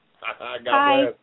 Hi